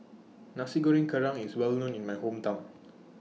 Nasi Goreng Kerang IS Well known in My Hometown